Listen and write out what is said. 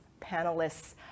panelists